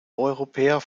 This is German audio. europäer